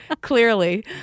clearly